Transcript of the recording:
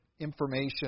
information